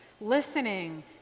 listening